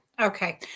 Okay